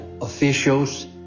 officials